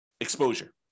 exposure